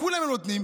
לכולם הם נותנים,